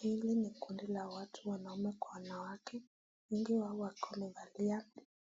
Hili ni kundi la watu wanaume kwa wanawake wengi wao wakiwa wamevalia